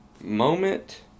moment